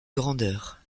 grandeur